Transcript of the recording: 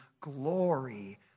glory